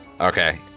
Okay